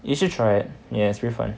you should try it ya it's pretty fun